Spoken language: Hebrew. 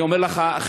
אני אומר לך,